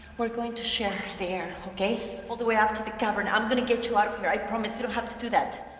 we're going to share ok, all the way up to the cavern. i'm going to get you out of here, i promise. you don't have to do that.